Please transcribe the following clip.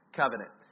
covenant